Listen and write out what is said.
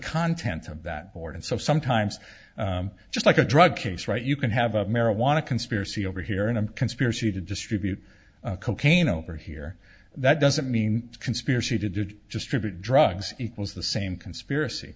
contents of that board and so sometimes just like a drug case right you can have a marijuana conspiracy over here in a conspiracy to distribute cocaine over here that doesn't mean conspiracy to do just tribute drugs equals the same conspiracy